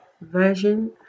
version